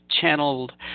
channeled